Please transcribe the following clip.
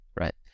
right